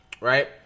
right